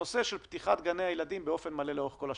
בנושא של פתיחת גני הילדים באופן מלא לאורך כל השבוע?